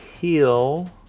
heal